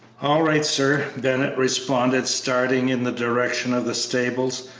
all right, sir, bennett responded, starting in the direction of the stables,